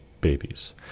babies